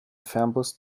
fernbus